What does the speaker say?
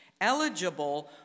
eligible